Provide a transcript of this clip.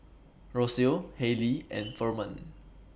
Rocio Hailee and Ferman